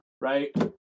right